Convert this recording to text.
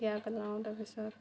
কঠীয়া পেলাওঁ তাৰপিছত